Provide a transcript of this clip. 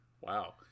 wow